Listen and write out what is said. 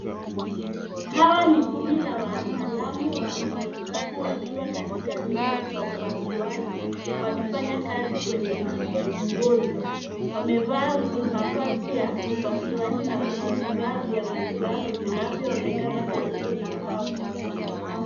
Hawa ni kundi la wataalamu wa matibabu wakiwa katika chumba cha upasuaji wakifanya kazi kwenye mgonjwa. Wamevaa mavazi ya upasuaji na kuna vifaa vya matibabu vinavyoonekana karibu na hao.